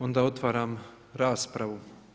Onda otvaram raspravu.